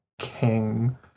King